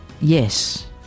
yes